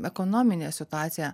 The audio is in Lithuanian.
ekonominė situacija